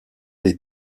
des